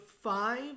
five